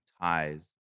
ties